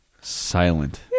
silent